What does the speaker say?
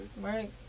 Right